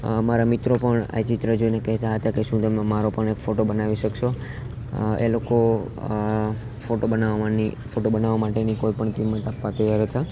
મારા મિત્રો પણ આ ચિત્ર જોઈને કહેતા હતા કે શું તમે મારો પણ એક ફોટો બનાવી શકશો એ લોકો ફોટો ફોટો બનાવવા માટેની કોઈપણ કિંમત આપવા તૈયાર હતા